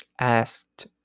asked